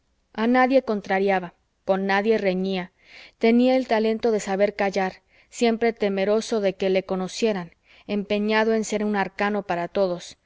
a nadie contrariaba con nadie reñía tenía el talento de saber callar siempre temeroso de que le conocieran empeñado en ser un arcano para todos